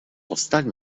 powstali